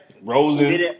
Rosen